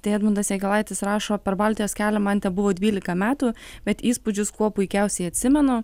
tai edmundas jakilaitis rašo per baltijos kelią man tebuvo dvylika metų bet įspūdžius kuo puikiausiai atsimenu